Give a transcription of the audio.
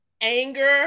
anger